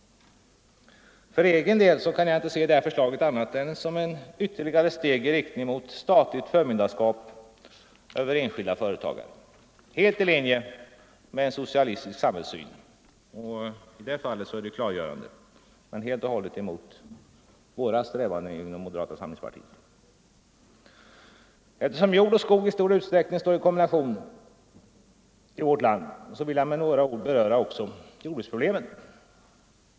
För egen del kan jag inte se förslaget annat än som ett ytterligare steg i riktning mot statligt förmynderskap över enskilda företagare — helt i linje med en socialistisk samhällssyn. I det avseendet är det klargörande, men det är helt och hållet emot våra strävanden inom moderata samlingspartiet. Eftersom jord och skog i stor utsträckning står i kombination i vårt land, vill jag med några ord beröra också jordbruksproblemen.